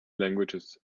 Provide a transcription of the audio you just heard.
languages